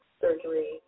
surgery